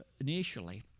initially